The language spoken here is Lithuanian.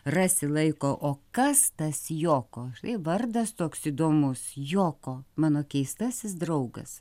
rasi laiko o kas tas joko vardas toks įdomus joko mano keistasis draugas